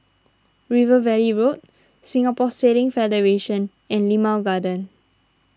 River Valley Road Singapore Sailing Federation and Limau Garden